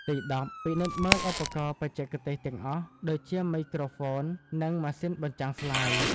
ទីដប់ ពិនិត្យមើលឧបករណ៍បច្ចេកទេសទាំងអស់ ដូចជាមីក្រូហ្វូន និងម៉ាស៊ីនបញ្ចាំងស្លាយ។